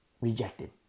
rejected